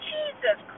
Jesus